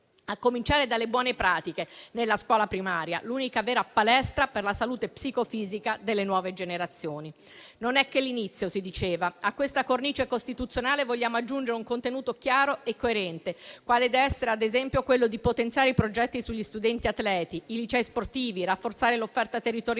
a cominciare dalle buone pratiche nella scuola primaria, l'unica vera palestra per la salute psicofisica delle nuove generazioni. Non è che l'inizio, si diceva. A questa cornice costituzionale vogliamo aggiungere un contenuto chiaro e coerente, quali, ad esempio, il potenziamento dei progetti sugli studenti atleti e dei licei sportivi, il rafforzamento dell'offerta territoriale,